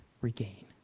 regain